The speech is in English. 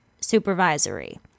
supervisory